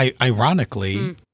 Ironically